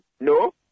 No